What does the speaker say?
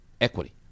equity